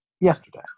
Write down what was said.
yesterday